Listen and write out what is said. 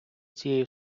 цією